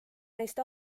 neist